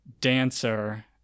Dancer